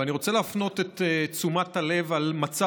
אבל אני רוצה להפנות את תשומת הלב למצב